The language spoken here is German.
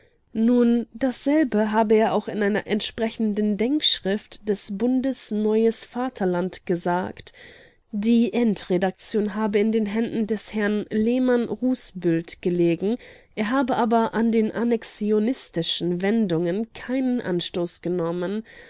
nun dasselbe habe er auch in einer entsprechenden denkschrift des bundes neues vaterland gesagt die endredaktion habe in den händen des herrn lehmann-rußbüldt gelegen er habe aber an den annexionistischen wendungen keinen anstoß genommen